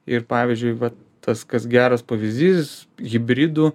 ir pavyzdžiui vat tas kas geras pavyzdys hibridų